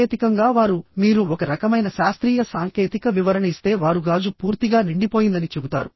సాంకేతికంగా వారు మీరు ఒక రకమైన శాస్త్రీయ సాంకేతిక వివరణ ఇస్తే వారు గాజు పూర్తిగా నిండిపోయిందని చెబుతారు